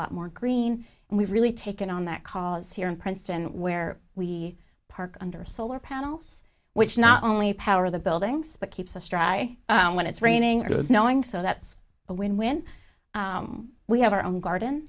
lot more green and we've really taken on that cause here in princeton where we park under solar panels which not only power the buildings but keeps us try when it's raining or snowing so that's but when when we have our own garden